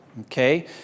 Okay